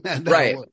Right